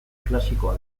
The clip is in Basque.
klasikoa